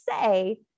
say